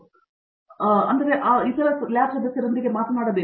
Satyanarayana N Gummadi ಆ ಸದಸ್ಯ ಅಥವಾ ಇತರ ಲ್ಯಾಬ್ ಸದಸ್ಯರೊಂದಿಗೆ ಮಾತನಾಡಬೇಕು